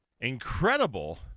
incredible